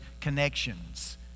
connections